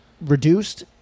reduced